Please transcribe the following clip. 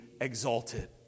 exalted